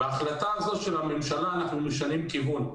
בהחלטה הזו של הממשלה אנחנו משנים כיוון,